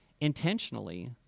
intentionally